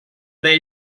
they